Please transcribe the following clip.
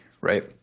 Right